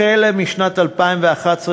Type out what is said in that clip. החל משנת 2011,